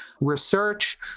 research